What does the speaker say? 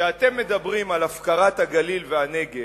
כשאתם מדברים על הפקרת הגליל והנגב,